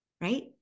right